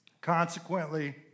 Consequently